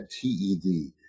T-E-D